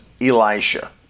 Elisha